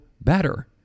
better